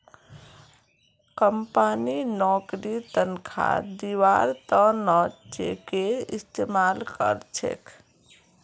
company नौकरीर तन्ख्वाह दिबार त न चेकेर इस्तमाल कर छेक